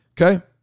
Okay